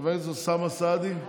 חבר הכנסת אוסאמה סעדי,